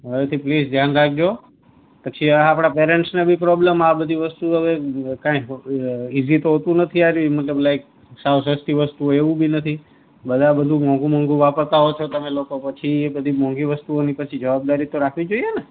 હવેથી પ્લીઝ ધ્યાન રાખજો પછી હા આપણા પેરેન્ટ્સને બી પ્રોબ્લમ આ બધી વસ્તુઓ કાંઈ અ ઇઝી તો હોતું નથી આ મતલબ લાઈક સાવ સસ્તી વસ્તુઓ હોય એવું બી નથી બરાબર બધું મોઘું મોઘું વાપરતા હો છો તમે લોકો પછી બધી મોંઘી વસ્તુઓની પછી જવાબદારી તો રાખવી જોઈએ ને